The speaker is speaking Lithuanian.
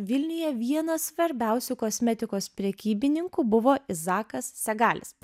vilniuje vienas svarbiausių kosmetikos prekybininkų buvo izakas segalis